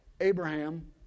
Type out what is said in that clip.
Abraham